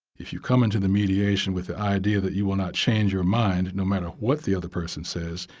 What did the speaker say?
if you come into the mediation with the idea that you will not change your mind no matter what the other person says,